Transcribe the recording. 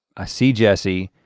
i see jessie.